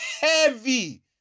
heavy